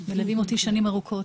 הם מלווים אותי שנים ארוכות.